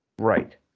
Right